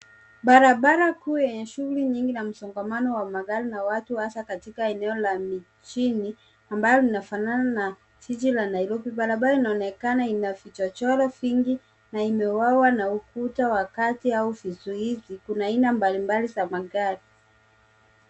Barabara kuu yenye shughuli na msongamano wa magari na watu hasaa katika eneo na mijini ambalo lina fanana na jiji la Nairobi. Barabara inaonekana ina vichochoro vingi na imegawa na ukuta wa kati au vizuizi .Kuna aina mbali mbali za magari.